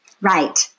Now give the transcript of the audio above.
Right